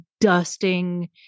dusting